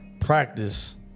practice